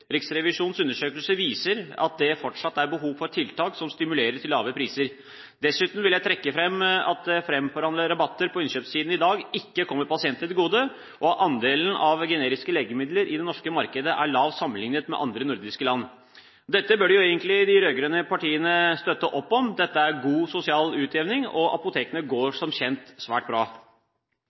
Riksrevisjonens undersøkelse viser at det fortsatt er behov for tiltak som stimulerer til lave priser. Dessuten vil jeg trekke fram at framforhandlede rabatter på innkjøpssiden i dag ikke kommer pasientene til gode, og andelen av generiske legemidler i det norske markedet er lav sammenlignet med andre nordiske land. Dette bør egentlig de rød-grønne partiene støtte opp om. Dette er god sosial utjevning, og apotekene går som kjent svært bra.